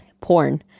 porn